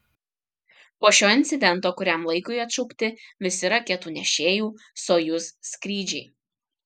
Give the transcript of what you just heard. po šio incidento kuriam laikui atšaukti visi raketų nešėjų sojuz skrydžiai